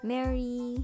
Mary